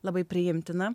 labai priimtina